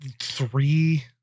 three